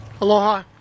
Aloha